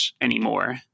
anymore